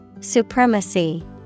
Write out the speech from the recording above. Supremacy